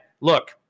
look